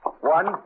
One